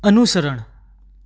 અનુસરણ